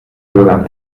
bürgern